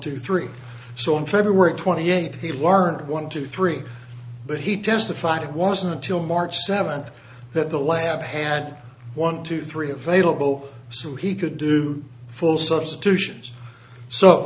to three so in feb twenty eighth he learned one two three but he testified it wasn't until march seventh that the lab had one two three available so he could do full substitution so